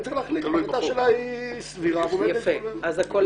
ואני צריך להחליט אם ההחלטה שלה סבירה והיא עומדת במתחם הסבירות.